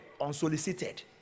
unsolicited